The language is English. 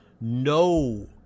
no